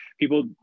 People